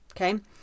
okay